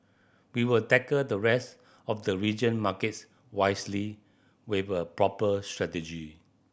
we will tackle the rest of the region markets wisely with a proper strategy